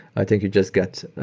i think you just get